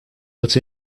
but